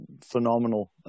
phenomenal